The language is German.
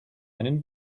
einen